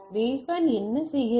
baseband என்ன சொன்னது